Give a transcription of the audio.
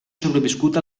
sobreviscut